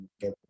get